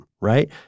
right